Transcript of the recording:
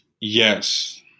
Yes